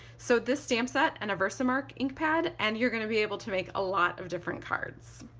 so this stamp set and a versamark ink pad and you're gonna be able to make a lot of different cards.